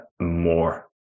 more